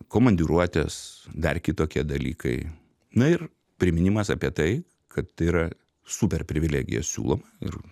komandiruotės dar kitokie dalykai na ir priminimas apie tai kad tai yra super privilegija siūloma ir